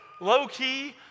low-key